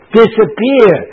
disappear